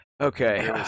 Okay